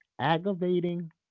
aggravating